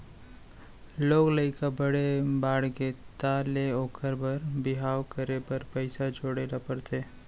लोग लइका बड़े बाड़गे तहाँ ले ओखर बर बिहाव करे बर पइसा जोड़े ल परथे